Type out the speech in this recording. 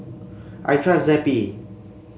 I trust Zappy